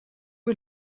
est